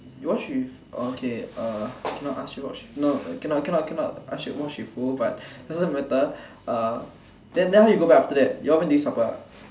you watch with orh okay uh cannot ask you watch no cannot cannot cannot ask you watch with who but doesn't matter uh then then how you go back after that you all went to eat supper ah